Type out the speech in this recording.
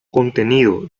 contenido